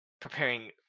preparing